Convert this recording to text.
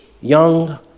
young